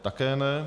Také ne.